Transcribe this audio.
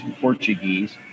Portuguese